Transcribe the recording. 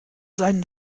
seinen